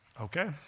Okay